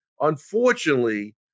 Unfortunately